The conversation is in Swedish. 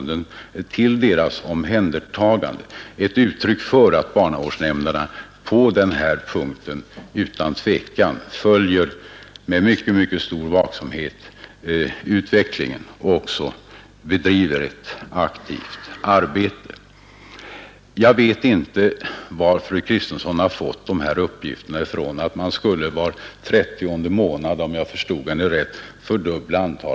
Det visar att barnavårdsnämnderna på denna punkt utan tvivel med mycket stor vaksamhet följer utvecklingen och även bedriver ett aktivt arbete. Jag vet inte varifrån fru Kristensson har fått uppgiften att antalet narkotikamissbrukare skulle fördubblas var 30:e månad, om jag förstod henne rätt.